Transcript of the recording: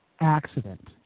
accident